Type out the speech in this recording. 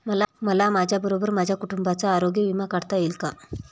मला माझ्याबरोबर माझ्या कुटुंबाचा आरोग्य विमा काढता येईल का?